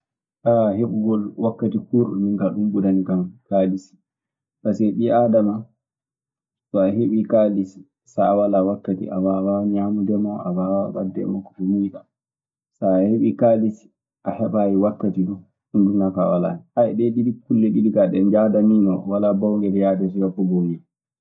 heɓugol wakkati kuurɗo, ɗun burani kan kaalisi. Pasee ɓii aadama, soa heɓii kaalisi so a walaa wakkati a waawaa ñaande mo, a waawaa waɗde e makko ko muuyɗaa. So a heɓii kaalisi a heɓaayi wakkati duu, ɗun du nafaa walaa hen. ɗee kulle ɗiɗi kaa, ɗee njahadan nii non. Walaa foo ngel yahata woppa gonngel.